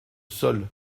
seuls